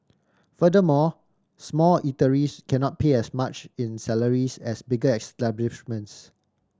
furthermore small eateries cannot pay as much in salaries as bigger establishments